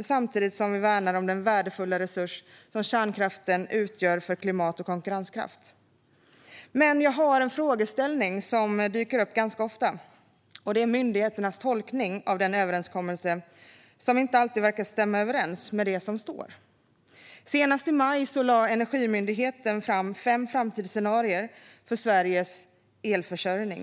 samtidigt som vi värnar om den värdefulla resurs som kärnkraften utgör för klimat och konkurrenskraft. Jag har dock en frågeställning som dyker upp ganska ofta. Den handlar om myndigheternas tolkning av denna överenskommelse. Den verkar inte alltid stämma med vad som står i överenskommelsen. Senast i maj lade Energimyndigheten fram fem framtidsscenarier för Sveriges elförsörjning.